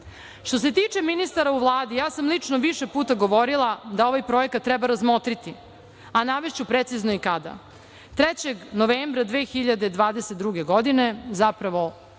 se tiče ministara u Vladi, ja sam lično više puta govorila da ovaj projekat treba razmotriti, a navešću precizno i kada. Trećeg novembra. 2022. godine, zapravo